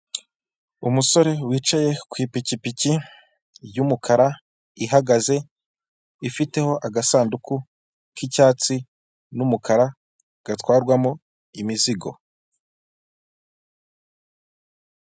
Umusore wicaye ku ipikipiki y'umukara ihagaze ifiteho agasanduku k'icyatsi n'umukara gatwarwamo imizigo.